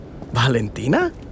Valentina